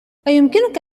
أيمكنك